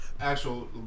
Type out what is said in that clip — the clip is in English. actual